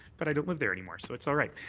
but i don't live there anymore so it's all right.